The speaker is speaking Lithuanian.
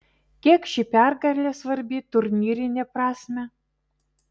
kiek ši pergalė svarbi turnyrine prasme